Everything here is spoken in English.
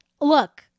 Look